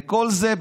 וכל זה,